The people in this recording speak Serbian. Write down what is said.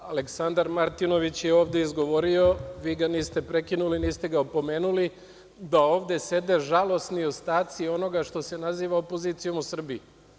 Aleksandar Martinović je ovde izgovorio, vi ga niste prekinuli, niste ga opomenuli, da ovde sede žalosni ostaci onoga što se zove opozicijom u Srbiji.